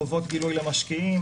חובות גילוי למשקיעים,